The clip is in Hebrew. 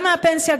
גם מהפנסיה,